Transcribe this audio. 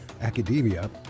academia